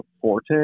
Forte